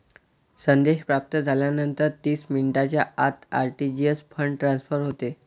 संदेश प्राप्त झाल्यानंतर तीस मिनिटांच्या आत आर.टी.जी.एस फंड ट्रान्सफर होते